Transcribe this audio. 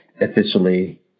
officially